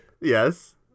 Yes